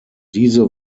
diese